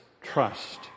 trust